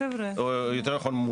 או יותר נכון,